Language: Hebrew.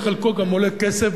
וחלקו גם עולה כסף,